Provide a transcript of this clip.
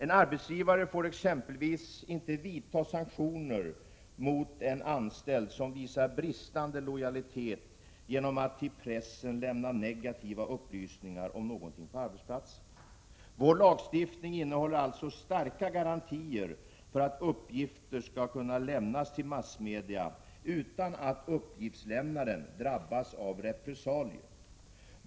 En arbetsgivare får exempelvis inte vidta sanktioner mot en anställd som visar bristande lojalitet genom att till pressen lämna negativa upplysningar om någonting på arbetsplatsen. Vår lagstiftning ger alltså starka garantier för att uppgifter skall kunna lämnas till massmedia utan att uppgiftslämnaren drabbas av repressalier.